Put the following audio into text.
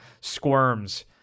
squirms